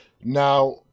Now